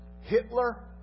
Hitler